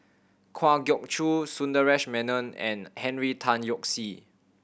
Kwa Geok Choo Sundaresh Menon and Henry Tan Yoke See